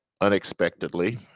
unexpectedly